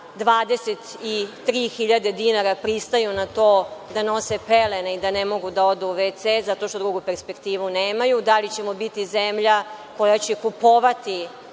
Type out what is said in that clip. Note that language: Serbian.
23.000 dinara pristaju na to da nose pelene i da ne mogu da odu u wc zato što drugu perspektivu nemaju? Da li ćemo biti zemlja koja će kupovati